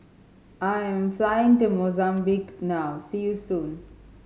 I am flying to Mozambique now see you soon